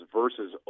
versus